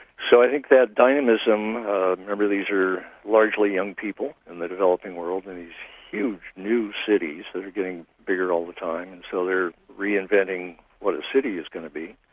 so i think that dynamism remember these are largely young people in the developing world in these huge new cities that are getting bigger all the time, and so they're re-inventing what a city is going to be.